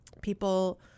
people